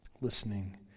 Listening